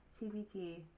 TBT